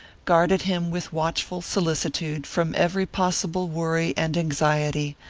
guarded him with watchful solicitude from every possible worry and anxiety,